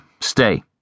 stay